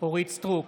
אורית מלכה סטרוק,